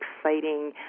exciting